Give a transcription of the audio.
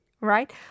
right